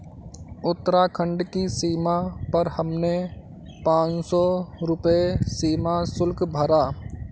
उत्तराखंड की सीमा पर हमने पांच सौ रुपए सीमा शुल्क भरा